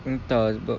entah sebab